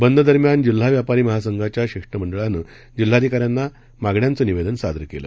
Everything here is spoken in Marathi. बंद दरम्यान जिल्हा व्यापारी महासंघाच्या शिष्टमंडळानं जिल्हाधिकाऱ्यांना मागण्याचं निवेदन सादर केलं